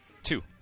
Two